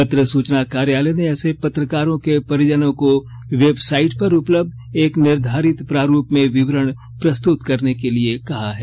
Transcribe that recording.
पत्र सुचना कार्यालय ने ऐसे पत्रकारों के परिजनों को वेबसाइट पर उपलब्ध एक निर्धारित प्रारूप में विवरण प्रस्तुत करने के लिए कहा है